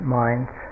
minds